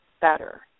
better